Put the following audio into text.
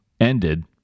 ended